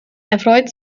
erfreut